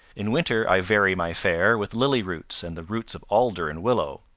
in winter i vary my fare with lily roots and the roots of alder and willow.